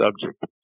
subject